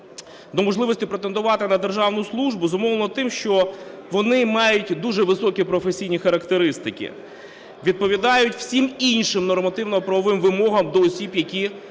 до можливості претендувати на державну службу зумовлена тим, що вони мають дуже високі професійні характеристики, відповідають всім іншим нормативно-правовим вимогам до осіб, які